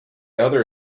other